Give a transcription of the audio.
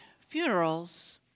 funerals